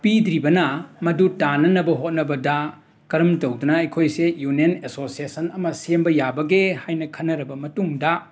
ꯄꯤꯗ꯭ꯔꯤꯕꯅ ꯃꯗꯨ ꯇꯥꯟꯅꯅꯕ ꯍꯣꯠꯅꯕꯗ ꯀꯔꯝ ꯇꯧꯗꯨꯅ ꯑꯩꯈꯣꯏꯁꯦ ꯌꯨꯅ꯭ꯌꯟ ꯑꯦꯁꯣꯁꯦꯁꯟ ꯑꯃ ꯁꯦꯝꯕ ꯌꯥꯕꯒꯦ ꯍꯥꯏꯅ ꯈꯟꯅꯔꯕ ꯃꯇꯨꯡꯗ